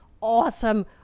awesome